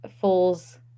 fool's